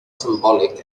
symbolic